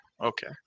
okay